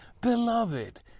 Beloved